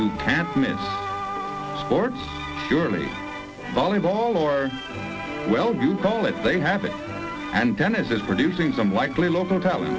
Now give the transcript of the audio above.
you can't miss sport surely volleyball or well go to college they happen and tennis is producing some likely local talent